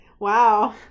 Wow